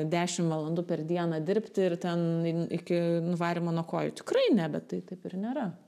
dešim valandų per dieną dirbti ir ten iki nuvarymo nuo kojų tikrai ne bet tai taip ir nėra